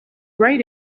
right